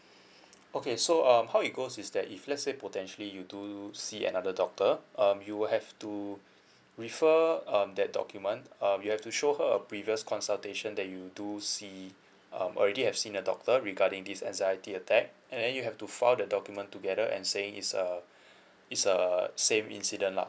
okay so um how it goes is that if let's say potentially you do see another doctor um you will have to refer um that document um you have to show her a previous consultation that you do see um already have seen a doctor regarding this anxiety attack and then you have to file the document together and saying it's a it's a same incident lah